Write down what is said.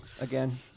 again